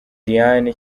diana